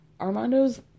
Armando's